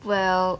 well